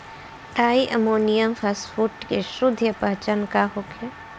Di ammonium phosphate के शुद्ध पहचान का होखे?